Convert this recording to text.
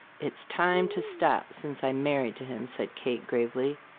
it's time to stop, since i am married to him, said kate, gravely.